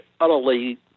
utterly